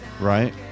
Right